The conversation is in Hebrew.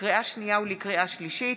לקריאה שנייה ולקריאה שלישית,